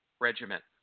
Regiment